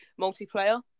multiplayer